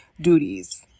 duties